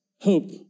hope